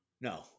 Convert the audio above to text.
No